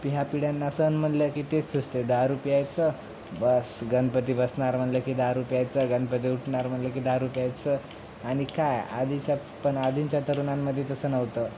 पिढ्या पिढ्यांना सण म्हणलं की तेच सुचते दारू प्यायचं बस गणपती बसणार म्हणलं की दारू प्यायचं गणपती उठणार म्हणलं की दारू प्यायचं आणि काय आधीच्या पण आधींच्या तरुणां मध्ये तसं नव्हतं